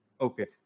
Okay